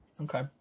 Okay